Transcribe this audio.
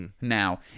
Now